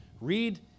read